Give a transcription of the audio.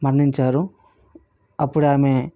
మరణించారు అప్పుడు ఆమె